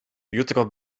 jutro